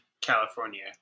California